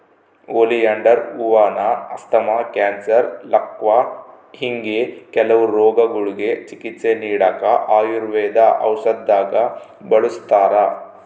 oleander ಹೂವಾನ asthma, cancer, ಲಕ್ವಾ ಹಿಂಗೆ ಕೆಲವು ರೋಗಗುಳ್ಗೆ ಚಿಕಿತ್ಸೆ ನೀಡಾಕ ಆಯುರ್ವೇದ ಔಷದ್ದಾಗ ಬಳುಸ್ತಾರ